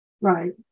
Right